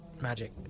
magic